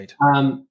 Right